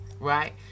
Right